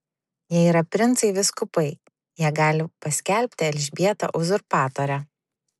jie yra princai vyskupai jie gali paskelbti elžbietą uzurpatore